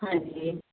ਹਾਂਜੀ